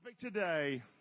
today